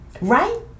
right